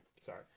sorry